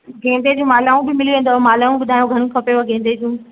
गेंदे जी मालाऊं बि मिली वेंदव मालाऊं बि ॿुधायो घणियूं खपेव गेंदे जूं